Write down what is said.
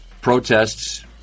protests